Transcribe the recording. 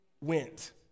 went